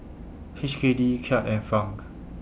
H K D Kyat and Franc